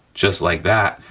just like that,